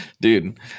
Dude